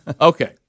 Okay